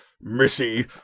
Missy